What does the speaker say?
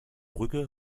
brücke